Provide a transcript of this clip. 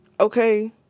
okay